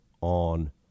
on